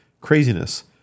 craziness